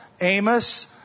Amos